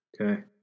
Okay